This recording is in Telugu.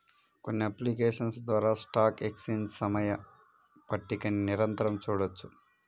కొన్ని అప్లికేషన్స్ ద్వారా స్టాక్ ఎక్స్చేంజ్ సమయ పట్టికని నిరంతరం చూడొచ్చు